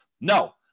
no